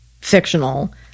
fictional